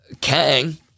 Kang